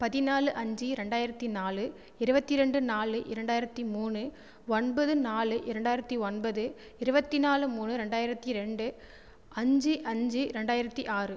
பதினாலு அஞ்சு இரண்டாயிரத்தி நாலு இருபத்திரெண்டு நாலு இரண்டாயிரத்தி மூணு ஒன்பது நாலு இரண்டாயிரத்தி ஒன்பது இருபத்தி நாலு மூணு இரண்டாயிரத்தி ரெண்டு அஞ்சு அஞ்சு ரெண்டாயிரத்தி ஆறு